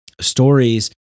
stories